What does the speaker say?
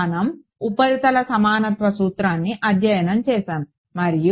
మనం ఉపరితల సమానత్వ సూత్రాన్ని అధ్యయనం చేసాము మరియు